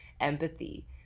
empathy